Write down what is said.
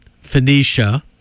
Phoenicia